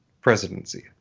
presidency